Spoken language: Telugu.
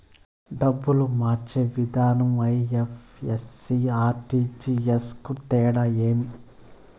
డబ్బులు మార్చే విధానం ఐ.ఎఫ్.ఎస్.సి, ఆర్.టి.జి.ఎస్ కు తేడా ఏమి?